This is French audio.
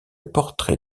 portrait